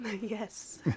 Yes